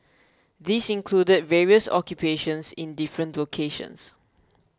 this included various occupations in different locations